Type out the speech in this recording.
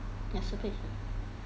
that's okay